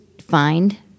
find